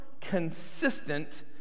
consistent